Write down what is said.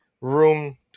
room